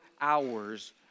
hours